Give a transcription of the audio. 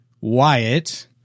Wyatt